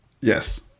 Yes